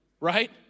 right